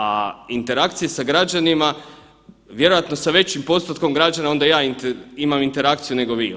A interakcije sa građanima, vjerojatno sa većim postotkom građana onda ja imam interakciju nego vi očigledno.